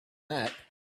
that